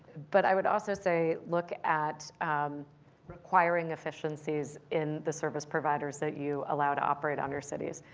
but i would also say, look at requiring efficiencies in the service providers that you allow to operate under cities.